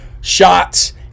shots